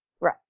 Right